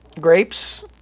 grapes